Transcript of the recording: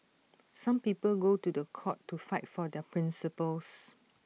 some people go to The Court to fight for their principles